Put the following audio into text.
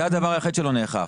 זה הדבר היחיד שלא נאכף.